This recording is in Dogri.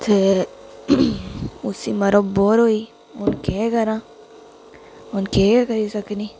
फिर उसी मड़ो बोर होई हून केह् करां हून केह् करी सकनी